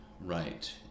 right